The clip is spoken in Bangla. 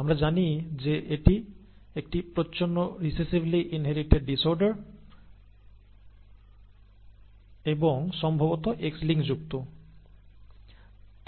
আমরা জানি যে এটি একটি প্রচ্ছন্ন রিসেসিভলি ইনহেরিটেড ডিসঅর্ডার এবং সম্ভবত X লিঙ্কযুক্ত